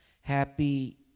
happy